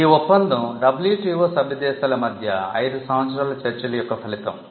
TRIPS ఒప్పందం WTO సభ్య దేశాల మధ్య 8 సంవత్సరాల చర్చల యొక్క ఫలితం